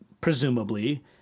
presumably